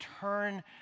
turn